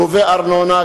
גובה ארנונה,